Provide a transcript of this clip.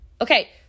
okay